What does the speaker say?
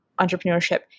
entrepreneurship